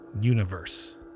universe